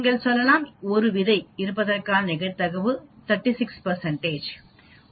நீங்கள் சொல்லலாம் ஒரு விதை இருப்பதற்கான நிகழ்தகவு 36 சதவிகிதம் இருக்கக்கூடும்